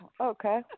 Okay